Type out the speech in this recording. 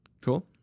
Cool